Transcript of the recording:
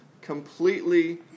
Completely